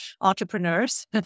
entrepreneurs